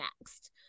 next